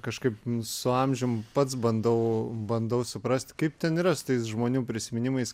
kažkaip su amžium pats bandau bandau suprasti kaip ten yra su tais žmonių prisiminimais